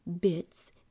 bits